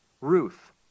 Ruth